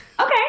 okay